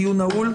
הדיון נעול.